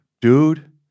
Dude